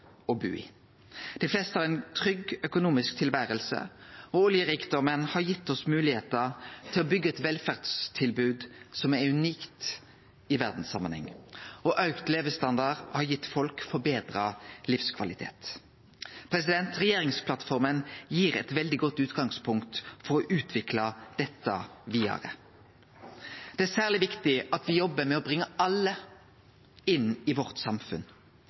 å bu i. Dei fleste har eit trygt økonomisk tilvære. Oljerikdomen har gitt oss moglegheiter til å byggje eit velferdstilbod som er unikt i verdssamanheng, og auka levestandard har gitt folk forbetra livskvalitet. Regjeringsplattforma gir eit veldig godt utgangspunkt for å utvikle dette vidare. Det er særleg viktig at me jobbar med å bringe alle inn i samfunnet vårt.